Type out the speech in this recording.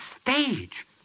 stage